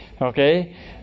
Okay